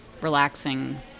Relaxing